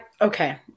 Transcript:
okay